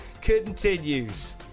continues